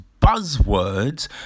buzzwords